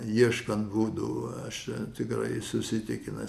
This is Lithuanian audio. ieškant būdų aš tikrai esu įsitikinęs